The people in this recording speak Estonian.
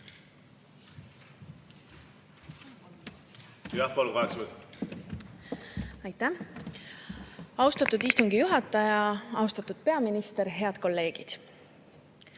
Aitäh, austatud istungi juhataja! Austatud peaminister! Head kolleegid!